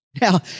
Now